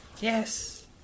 Yes